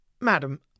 madam